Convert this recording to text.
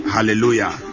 Hallelujah